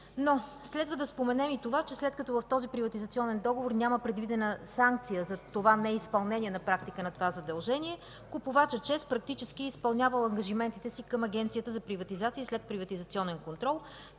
но следва да споменем и това, че след като в този приватизационен договор няма предвидена санкция за неизпълнението на практика на това задължение, купувачът ЧЕЗ практически е изпълнявал ангажиментите си към Агенцията за приватизация и следприватизационен контрол,